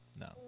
No